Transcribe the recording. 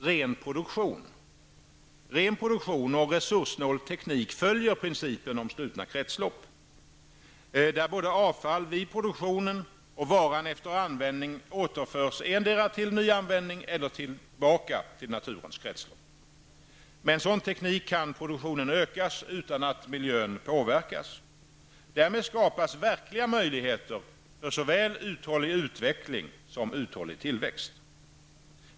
Ren produktion och resurssnål teknik följer principen om slutna kretslopp, där både avfall vid produktionen och varan efter användning återförs endera till ny användning eller tillbaka till naturens kretslopp. Med en sådan teknik kan produktionen ökas utan att miljön påverkas. Därmed skapas verkliga möjligheter för såväl uthållig utveckling som uthållig tillväxt.